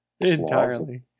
Entirely